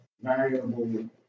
variable